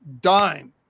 dime